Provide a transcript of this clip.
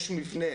יש מבנה